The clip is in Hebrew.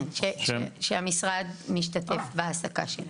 כן, שמהשרד משתת, בהעסקה שלהם.